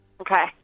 Okay